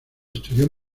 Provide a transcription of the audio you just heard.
estudió